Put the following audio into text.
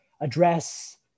address